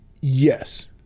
Yes